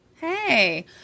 Hey